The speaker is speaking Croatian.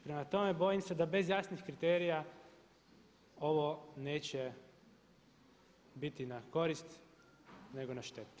Prema tome, bojim se da bez jasnih kriterija ovo neće biti na korist nego na štetu.